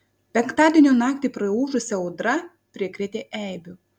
penktadienio naktį praūžusi audra prikrėtė eibių